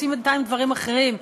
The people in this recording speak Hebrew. ובינתיים עושים דברים אחרים,